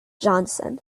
johnson